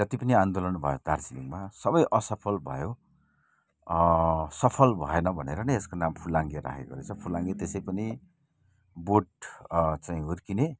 जति पनि आन्दोलन भयो दार्जिलिङमा सबै असफल भयो सफल भएन भनेर नै यसको नाम फुलाङ्गे राखेको रहेछ फुलाङ्गे त्यसै पनि बोट चाहिँ हुर्किने